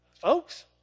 folks